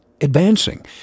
advancing